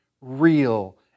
real